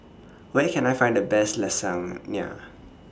Where Can I Find The Best Lasagne